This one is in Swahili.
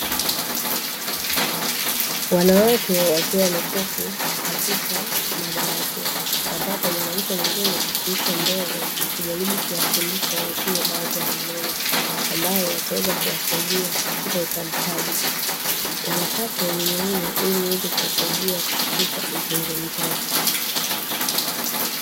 Wanawake wakiwa wameketi katika madawati, ambapo mwanamke mwingine yuko mbele, akijaribu kuwafundisha wenzake baadhi ya maneno, ambayo yataweza kuwasaidia katika utamkaji. Wanapata elimu hiyo ili iweze kuwasaidia katika uzungumzaji.